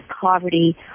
poverty